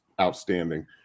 outstanding